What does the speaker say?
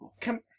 Come